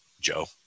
Joe